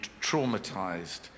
traumatized